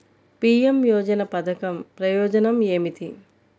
PM యోజన పధకం ప్రయోజనం ఏమితి?